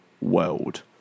World